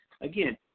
again